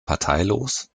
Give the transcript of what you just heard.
parteilos